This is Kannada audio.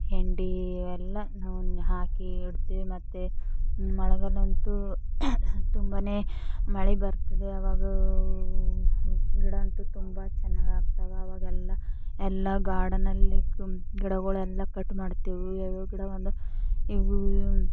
ಹಿಂಡಿ ಎಲ್ಲ ನಾನು ಹಾಕಿ ಇಡ್ತೀವಿ ಮತ್ತೆ ಮಳೆಗಾಲ ಅಂತೂ ತುಂಬಾನೇ ಮಳಿ ಬರ್ತದ ಆವಾಗೂ ಗಿಡ ಅಂತೂ ತುಂಬ ಚೆನ್ನಾಗಾಗ್ತವೆ ಆವಾಗೆಲ್ಲ ಎಲ್ಲ ಗಾರ್ಡನ್ನಲ್ಲಿ ಕುಂ ಗಿಡಗಳೆಲ್ಲ ಕಟ್ ಮಾಡ್ತೀವಿ ಯಾವ್ಯಾವ ಗಿಡಗಳಂದ್ರೆ ಇವು